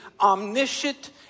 omniscient